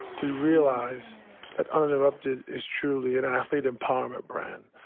we realized that uninterrupted is truly an athlete empowerment brand.